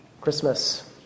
Christmas